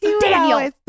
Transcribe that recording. Daniel